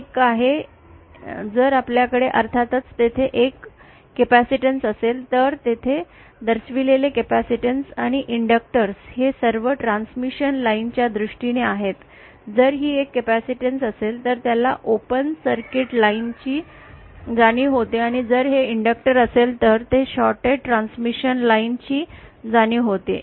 एक आहे जर आपल्याकडे अर्थातच तेथे एक कॅपेसिटेन्स असेल तर तेथे दर्शविलेले कॅपेसिटर आणि इंडक्टर्स हे सर्व ट्रान्समिशन लाईनच्या दृष्टीने आहेत जर ही एक कॅपेसिटन्स असेल तर त्याला ओपन सर्किट लाईन ची जाणीव होते आणि जर हे इंडक्टर असेल तर ते शॉर्ट्ड ट्रांसमिशन लाईन ची जाणीव होते